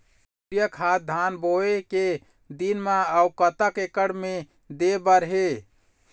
Urea खाद धान बोवे के दिन म अऊ कतक एकड़ मे दे बर हे?